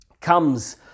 comes